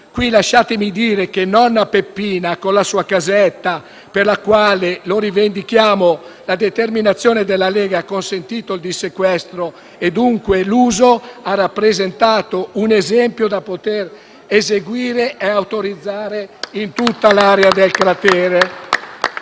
Lasciatemi dire che nonna Peppina con la sua casetta, per la quale - lo rivendichiamo - la determinazione della Lega ha consentito il dissequestro e dunque l'uso, ha rappresentato un esempio da poter seguire e autorizzare in tutta l'area del cratere.